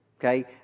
Okay